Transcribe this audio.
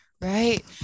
right